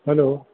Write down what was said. hello